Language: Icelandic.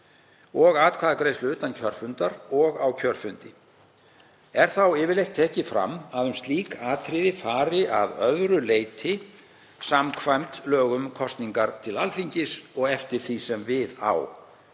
og atkvæðagreiðslu utan kjörfundar og á kjörfundi. Er þá yfirleitt tekið fram að um slík atriði fari að öðru leyti samkvæmt lögum um kosningar til Alþingis og eftir því sem við á.